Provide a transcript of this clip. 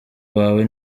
wawe